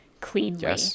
cleanly